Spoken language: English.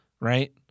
right